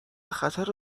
خطر